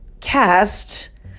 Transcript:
cast